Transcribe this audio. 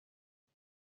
این